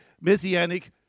Messianic